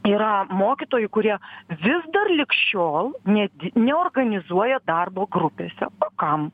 yra mokytojų kurie vis dar lig šiol nedi neorganizuoja darbo grupėse kam